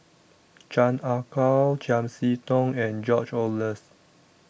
Chan Ah Kow Chiam See Tong and George Oehlers